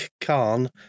Khan